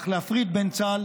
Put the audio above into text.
אך להפריד בין צה"ל